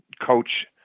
coach